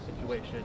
situation